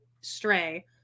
stray